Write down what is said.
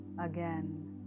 Again